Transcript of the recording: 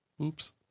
Oops